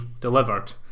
delivered